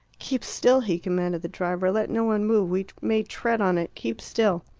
keep still! he commanded the driver. let no one move. we may tread on it. keep still.